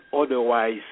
otherwise